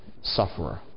sufferer